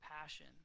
passion